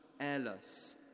airless